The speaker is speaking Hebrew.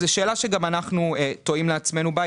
זו שאלה שגם אנחנו תוהים לעצמנו לגביה.